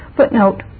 Footnote